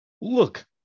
Look